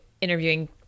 interviewing